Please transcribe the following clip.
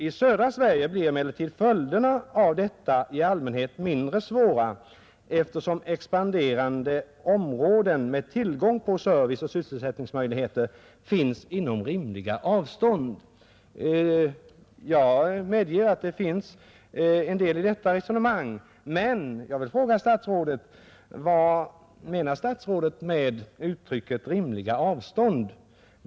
I södra Sverige blir emellertid följderna av detta i allmänhet mindre svåra, eftersom expanderande områden med tillgång till service och sysselsättningsmöjligheter finns inom rimliga avstånd.” Jag medger att det ligger en del i detta resonemang, men jag vill fråga: Vad menar statsrådet med rimliga avstånd?